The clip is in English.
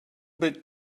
bit